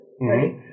right